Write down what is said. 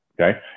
okay